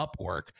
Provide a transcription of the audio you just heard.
upwork